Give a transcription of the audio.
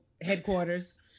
headquarters